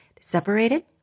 separated